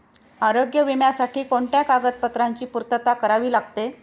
आरोग्य विम्यासाठी कोणत्या कागदपत्रांची पूर्तता करावी लागते?